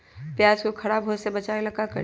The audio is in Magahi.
प्याज को खराब होय से बचाव ला का करी?